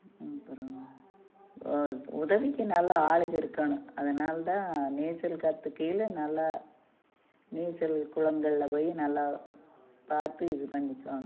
அப்புறோம் உதவிக்கு நல்லா ஆளுங்க இருக்கணும் அதனால்தான் நீச்சல் கத்துக்கையில் நல்லா நீச்சல் குளங்கள்ல போய் நல்லா பார்த்து இது பண்ணிக்கணும்